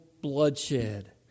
bloodshed